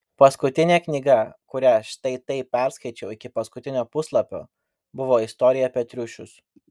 paskutinė knyga kurią štai taip perskaičiau iki paskutinio puslapio buvo istorija apie triušius